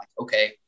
okay